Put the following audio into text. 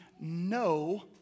no